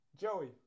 Joey